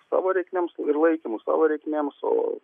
savo reikmėms ir laikymu savo reikmėms o